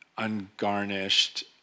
ungarnished